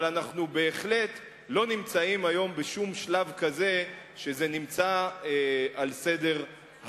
אבל אנחנו בהחלט לא נמצאים היום בשום שלב כזה שבו זה נמצא על סדר-היום.